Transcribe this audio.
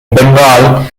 bengal